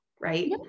Right